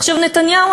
נתניהו,